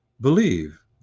believe